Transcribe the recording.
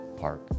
park